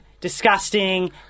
disgusting